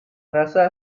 rasa